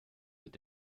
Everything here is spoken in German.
mit